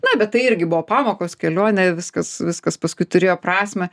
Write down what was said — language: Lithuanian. na bet tai irgi buvo pamokos kelionė viskas viskas paskui turėjo prasmę